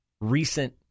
recent